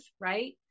right